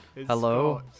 Hello